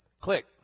Click